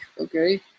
okay